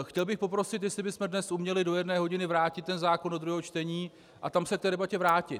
Chtěl bych poprosit, jestli bychom uměli do jedné hodiny vrátit ten zákon do druhého čtení a tam se k té debatě vrátit.